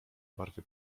barwy